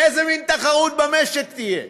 איזה מין תחרות תהיה במשק?